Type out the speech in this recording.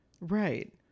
Right